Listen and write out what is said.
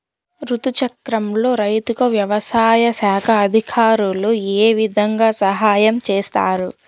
రుతు చక్రంలో రైతుకు వ్యవసాయ శాఖ అధికారులు ఏ విధంగా సహాయం చేస్తారు?